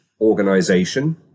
organization